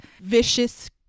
vicious